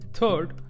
Third